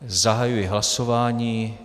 Zahajuji hlasování.